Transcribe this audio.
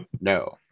No